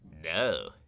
No